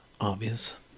obvious